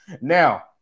Now